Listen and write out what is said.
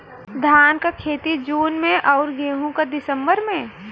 धान क खेती जून में अउर गेहूँ क दिसंबर में?